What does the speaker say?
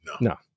No